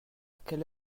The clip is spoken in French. quelle